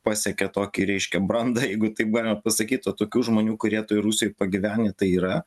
pasiekė tokį reiškia brandą jeigu taip galima pasakyt o tokių žmonių kurie toj rusijoj pagyvenę tai yra